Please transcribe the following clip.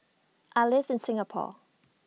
I live in Singapore